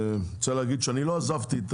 אני רוצה להגיד שאני לא עזבתי את